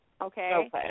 Okay